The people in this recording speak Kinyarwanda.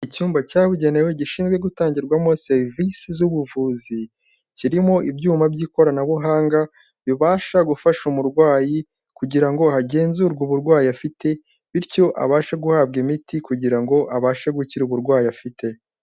Icyumba cyabugenewe gishinzwe gutangirwamo serivisi z'ubuvuzi, kirimo ibyuma by'ikoranabuhanga bibasha gufasha umurwayi kugira ngo hagenzurwe burwayi afite, bityo abashe guhabwa imiti kugira ngo abashe gukira uburwayi afite.